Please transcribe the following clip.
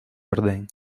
orden